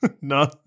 No